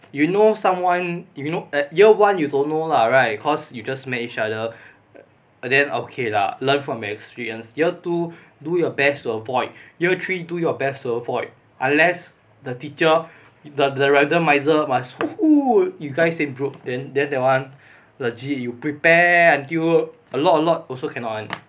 you know someone if you know year one you don't know lah right cause you just met each other and then okay lah learn from experience year two do your best to avoid year three do your best to avoid unless the teacher the the randomiser must put you guys same group then that one legit you prepare until a lot a lot also cannot [one]